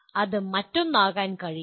അത് മറ്റൊന്നാകാൻ കഴിയില്ല